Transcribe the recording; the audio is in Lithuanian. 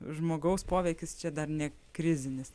žmogaus poveikis čia dar ne krizinis